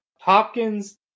Hopkins